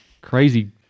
Crazy